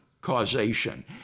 causation